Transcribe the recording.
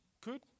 Good